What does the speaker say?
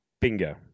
Bingo